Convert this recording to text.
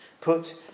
Put